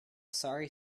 sorry